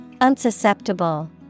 Unsusceptible